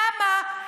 למה?